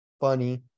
funny